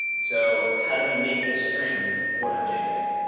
so how do we make this string for that jpeg?